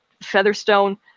featherstone